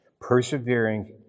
persevering